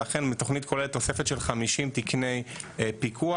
ולכן מתוכנית כוללת תוספת של 50 תקני פיקוח,